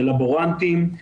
לבורנטים.